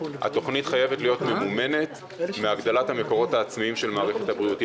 התוכנית חייבת להיות ממומנת מהגדלת המקורות העצמאיים של מערכת הבריאות.